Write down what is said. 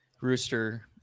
rooster